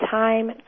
time